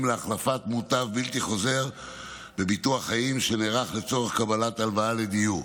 להחלפת מוטב בלתי חוזר בביטוח חיים שנערך לצורך קבלת הלוואה לדיור.